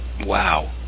wow